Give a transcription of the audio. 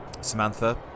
Samantha